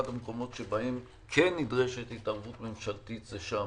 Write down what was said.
אחד המקומות שבהם כן נדרשת התערבות ממשלתית זה שם.